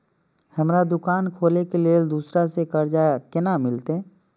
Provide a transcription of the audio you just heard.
हमरा दुकान खोले के लेल दूसरा से कर्जा केना मिलते?